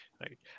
right